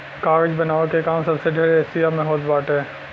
कागज बनावे के काम सबसे ढेर एशिया में होत बाटे